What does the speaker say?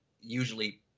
usually